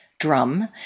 drum